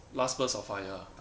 last burst of fire ah